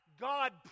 God